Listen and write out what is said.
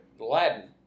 Aladdin